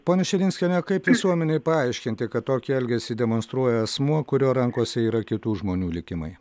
ponia širinskiene kaip visuomenei paaiškinti kad tokį elgesį demonstruoja asmuo kurio rankose yra kitų žmonių likimai